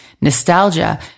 nostalgia